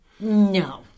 No